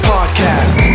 Podcast